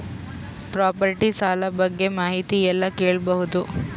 Property ಸಾಲ ಬಗ್ಗೆ ಮಾಹಿತಿ ಎಲ್ಲ ಕೇಳಬಹುದು?